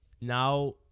now